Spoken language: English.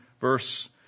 verse